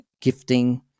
gifting